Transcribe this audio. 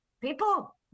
people